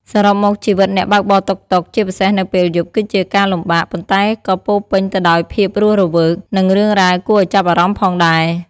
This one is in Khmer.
សរុបមក ជីវិតអ្នកបើកបរតុកតុក ជាពិសេសនៅពេលយប់ គឺជាការលំបាក ប៉ុន្តែក៏ពោរពេញទៅដោយភាពរស់រវើក និងរឿងរ៉ាវគួរឱ្យចាប់អារម្មណ៍ផងដែរ។